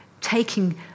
taking